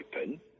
open